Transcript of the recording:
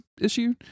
issue